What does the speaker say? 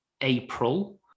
April